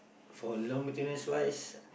for low maintenance wise